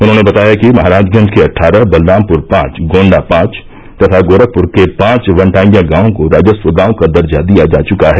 उन्होंने बताया कि महराजगंज के अट्ठारह बलरामपुर पांच गोण्डा पांच तथा गोरखपुर के पांच वनटांगियां गांवों को राजस्व गांव का दर्जा दिया जा चुका है